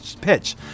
pitch